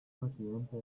residente